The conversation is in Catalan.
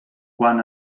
quan